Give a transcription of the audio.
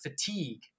fatigue